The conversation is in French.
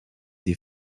des